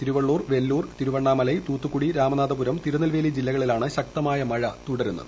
തിരുവള്ളൂർ വെല്ലൂർ തിരുവണ്ണാമലൈ തൂത്തുക്കുടി രാമനാഥപുരം തിരുനെൽവേലി ജില്ലകളിലാണ് ശക്തമായ മഴ അനുഭവപ്പെടുന്നത്